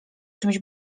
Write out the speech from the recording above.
czymś